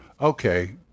okay